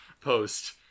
post